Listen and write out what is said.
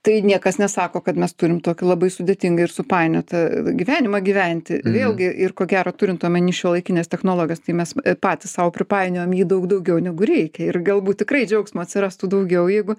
tai niekas nesako kad mes turim tokį labai sudėtingą ir supainiotą gyvenimą gyventi vėlgi ir ko gero turint omeny šiuolaikines technologijas tai mes patys sau pripainiojom jį daug daugiau negu reikia ir galbūt tikrai džiaugsmo atsirastų daugiau jeigu